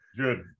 Good